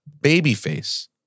babyface